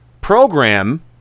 program